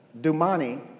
Dumani